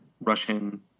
Russian